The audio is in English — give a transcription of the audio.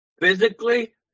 Physically